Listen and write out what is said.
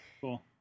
Cool